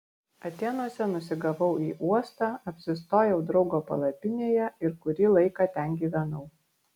atėnuose nusigavau į uostą apsistojau draugo palapinėje ir kurį laiką ten gyvenau